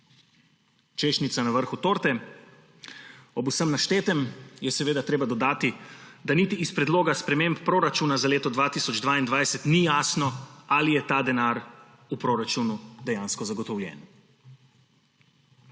Češnjica na vrhu torte: ob vsem naštetem je seveda treba dodati, da niti iz predloga sprememb proračuna za leto 2022 ni jasno, ali je ta denar v proračunu dejansko zagotovljen.